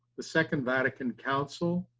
the second vatican counsel